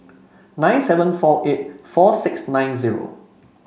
nine seven four eight four six nine zero